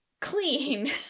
clean